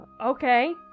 okay